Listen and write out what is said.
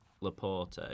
Laporte